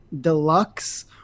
Deluxe